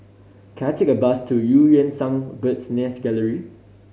can I take a bus to Eu Yan Sang Bird's Nest Gallery